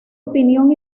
opinión